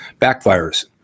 backfires